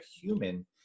human